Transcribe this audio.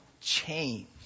change